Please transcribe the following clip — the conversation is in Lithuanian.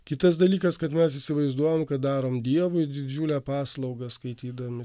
kitas dalykas kad mes įsivaizduojam kad darom dievui didžiulę paslaugą skaitydami